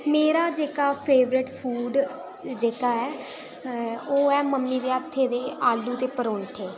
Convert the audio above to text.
मेरा जेह्का favourite food जेह्का ऐ ओह् ऐ मम्मी दे हत्थें दे आलू दे परोंठे